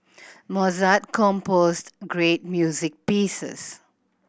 Mozart composed great music pieces